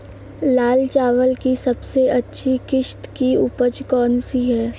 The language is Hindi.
लाल चावल की सबसे अच्छी किश्त की उपज कौन सी है?